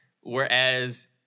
Whereas